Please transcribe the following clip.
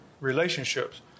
relationships